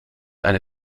eine